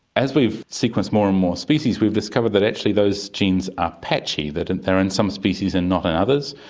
as we've sequenced more and more species we've discovered that actually those genes are patchy, that they are in some species and not in others,